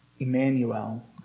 Emmanuel